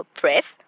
press